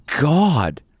God